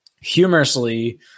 Humorously